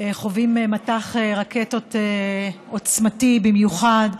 חווים מטח רקטות עוצמתי במיוחד,